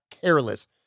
careless